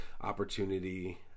opportunity